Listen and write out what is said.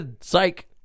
psych